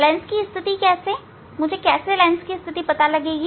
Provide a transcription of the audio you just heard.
lens की स्थिति कैसे मुझे लेंस की स्थिति कैसे पता लगेगी